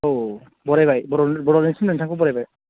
औ औ बरायबाय बड'लेण्ड बड'लेण्डसिम नोंथांखौ बरायबाय